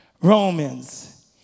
Romans